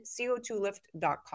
co2lift.com